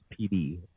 PD